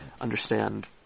understand